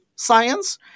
science